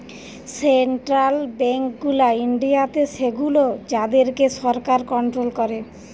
central bank গুলা ইন্ডিয়াতে সেগুলো যাদের কে সরকার কন্ট্রোল করে